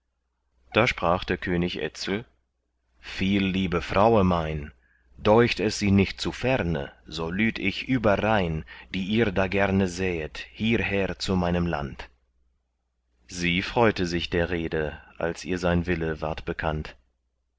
da sprach der könig etzel viel liebe fraue mein däucht es sie nicht zu ferne so lüd ich überrhein die ihr da gerne sähet hierher zu meinem land sie freute sich der rede als ihr sein wille ward bekannt